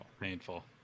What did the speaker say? painful